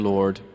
Lord